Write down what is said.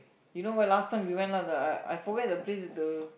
you know where last time we went out the I I forget the place is the